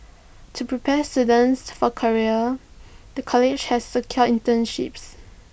to prepare students for careers the college has secured internships